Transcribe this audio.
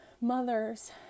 mothers